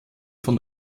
von